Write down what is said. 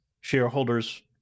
shareholders